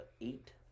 eight